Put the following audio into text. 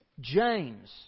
James